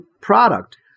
product